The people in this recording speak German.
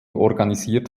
organisiert